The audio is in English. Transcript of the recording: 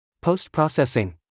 Post-processing